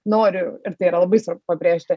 noriu ir tai yra labai svarbu pabrėžti